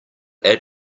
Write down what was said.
add